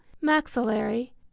maxillary